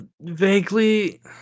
Vaguely